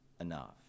enough